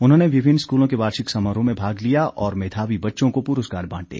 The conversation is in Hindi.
उन्होंने विभिन्न स्कूलों के वार्षिक समारोह में भाग लिया और मेधावी बच्चों को पुरस्कार बांटे